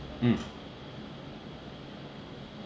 mm